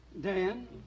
Dan